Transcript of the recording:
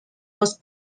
was